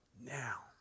now